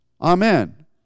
Amen